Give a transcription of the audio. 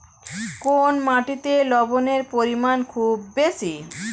কোন মাটিতে লবণের পরিমাণ খুব বেশি?